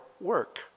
work